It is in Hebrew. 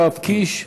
יואב קיש,